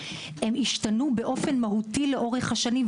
השתנו באופן מהותי לאורך השנים,